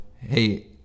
hey